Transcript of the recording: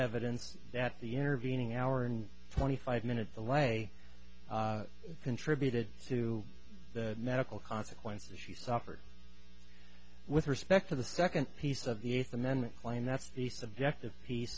evidence that the intervening hour and twenty five minute delay contributed to the medical consequences she suffered with respect to the second piece of the eighth amendment claim that's the subject of peace